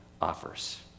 offers